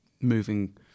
moving